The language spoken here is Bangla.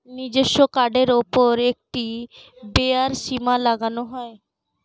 নিজস্ব কার্ডের উপর একটি ব্যয়ের সীমা লাগানো যায়